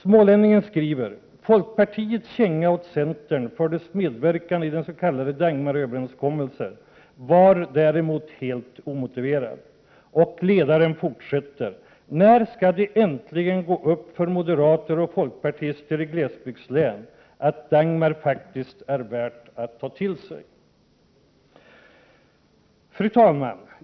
Smålänningen skriver: ”Folkpartiets känga åt centern för dess medverkan i den s.k. Dagmaröverenskommelsen var däremot klart omotiverad.” Och ledaren fortsätter: ”När skall det äntligen gå upp för moderater och folkpartister i glesbygdslän att Dagmar faktiskt är värd att ta till sig?” Fru talman!